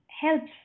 helps